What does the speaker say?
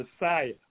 Messiah